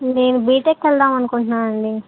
నేను బీటెక్ వెళదాం అనుకుంటున్నానండి